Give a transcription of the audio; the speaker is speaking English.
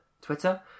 Twitter